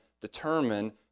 determine